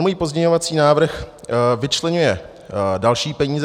Můj pozměňovací návrh vyčleňuje další peníze.